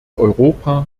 europa